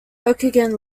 okanagan